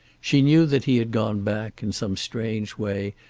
she knew that he had gone back, in some strange way,